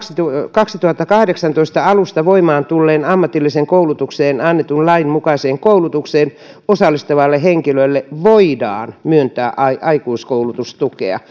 kaksituhattakahdeksantoista alusta voimaan tulleen ammatillisesta koulutuksesta annetun lain mukaiseen koulutukseen osallistuvalle henkilölle voidaan myöntää aikuiskoulutustukea